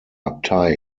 abtei